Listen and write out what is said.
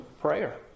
prayer